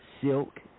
Silk